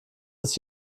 des